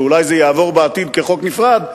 שאולי זה יעבור בעתיד כחוק נפרד.